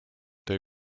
they